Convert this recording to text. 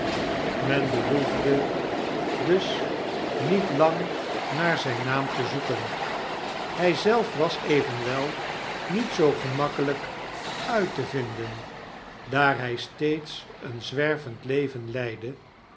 huur behoefde dus niet lang naar zyn naam te zoeken hjj zelf was evenwel niet zoo gemakkelyk uit te vinden daar hy steeds een zwervend leven leidde